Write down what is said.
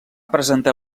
presentar